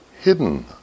hidden